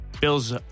Bills